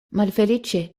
malfeliĉe